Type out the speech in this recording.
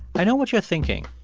i know what you're thinking.